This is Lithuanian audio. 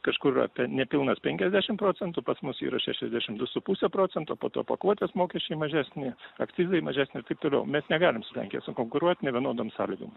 kažkur apie nepilnas penkiasdešim procentų pas mus yra šešiasdešim du su puse procento po to pakuotės mokesčiai mažesni akcizai mažesni ir taip toliau mes negalim su lenkija sukonkuruot nevienodom sąlygom